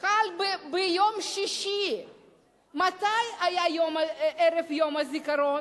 חל ביום שישי, מתי היה ערב יום הזיכרון?